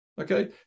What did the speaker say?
Okay